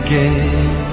Again